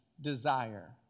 desire